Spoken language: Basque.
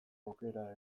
aukera